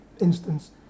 instance